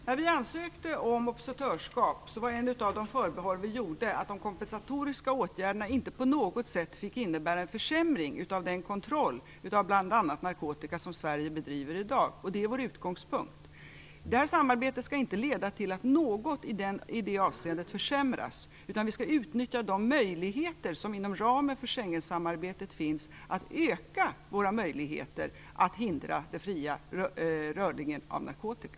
Herr talman! När Sverige ansökte om observatörskap var ett av förbehållen att de kompensatoriska åtgärderna inte på något sätt fick innebära en försämring av den kontroll av bl.a. narkotika som Sverige bedriver i dag. Det är utgångspunkten. Samarbetet skall inte leda till att någonting i det avseendet försämras. Vi skall utnyttja de möjligheter som finns inom ramen för Schengensamarbetet till att ytterligare förhindra den fria rörligheten av narkotika.